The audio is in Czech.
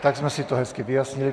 Tak jsme si to hezky vyjasnili.